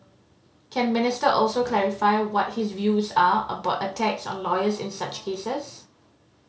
can Minister also clarify what his views are about attacks on lawyers in such cases